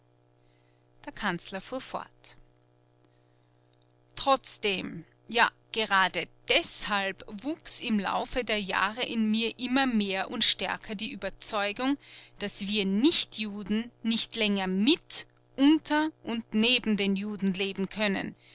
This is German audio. der kanzler fuhr fort trotzdem ja gerade deshalb wuchs im laufe der jahre in mir immer mehr und stärker die ueberzeugung daß wir nichtjuden nicht länger mit unter und neben den juden leben können